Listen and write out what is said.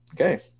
Okay